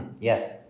Yes